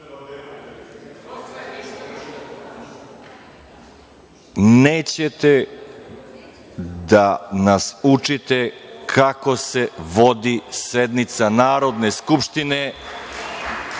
više.)Nećete da nas učite kako se vodi sednica Narodne skupštine.